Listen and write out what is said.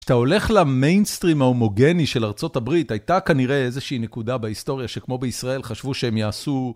אתה הולך למיינסטרים ההומוגני של ארצות הברית, הייתה כנראה איזושהי נקודה בהיסטוריה שכמו בישראל חשבו שהם יעשו...